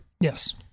Yes